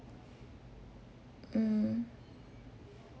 mm